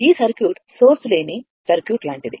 ఈ circuit source లేని circuit లాంటిది